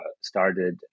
started